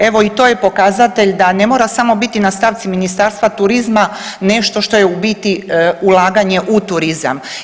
Evo i to je pokazatelj da ne mora samo biti na stavci Ministarstva turizma nešto što je biti ulaganje u turizam.